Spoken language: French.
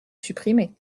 supprimer